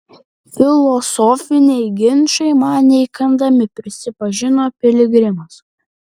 filosofiniai ginčai man neįkandami prisipažino piligrimas